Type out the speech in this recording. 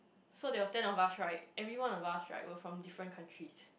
so there were ten of us right everyone of us right were from different countries